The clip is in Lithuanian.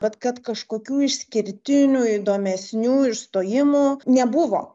bet kad kažkokių išskirtinių įdomesnių išstojimų nebuvo